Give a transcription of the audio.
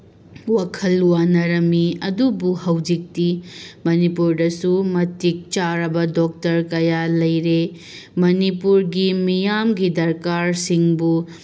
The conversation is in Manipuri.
ꯋꯥꯈꯜ ꯋꯥꯅꯔꯝꯃꯤ ꯑꯗꯨꯕꯨ ꯍꯧꯖꯤꯛꯇꯤ ꯃꯅꯤꯄꯨꯔꯗꯁꯨ ꯃꯇꯤꯛ ꯆꯥꯔꯕ ꯗꯣꯛꯇꯔ ꯀꯌꯥ ꯂꯩꯔꯦ ꯃꯅꯤꯄꯨꯔꯒꯤ ꯃꯤꯌꯥꯝꯒꯤ ꯗꯔꯀꯥꯔꯁꯤꯡꯕꯨ